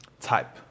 type